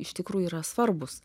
iš tikrųjų yra svarbūs